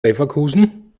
leverkusen